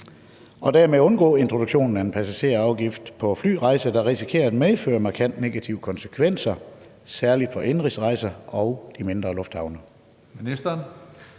og dermed undgå introduktionen af en passagerafgift på flyrejser, der risikerer at medføre markant negative konsekvenser, særlig for indenrigsrejser og de mindre lufthavne?